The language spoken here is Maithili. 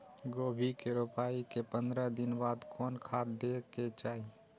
गोभी के रोपाई के पंद्रह दिन बाद कोन खाद दे के चाही?